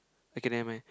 okay never mind